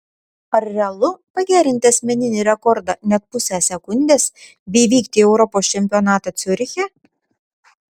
ar realu pagerinti asmeninį rekordą net pusę sekundės bei vykti į europos čempionatą ciuriche